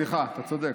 סליחה, אתה צודק.